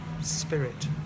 spirit